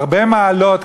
הרבה מעלות,